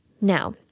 now